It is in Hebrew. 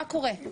מה קורה?